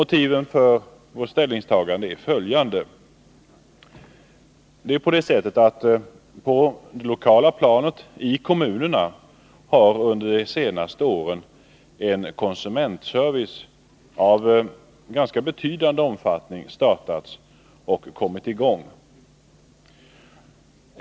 Motiven för vårt ställningstagande är följande: På det lokala planet i kommunerna har under de senaste åren en konsumentservice av ganska betydande omfattning startats och kommit i gång.